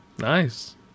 Nice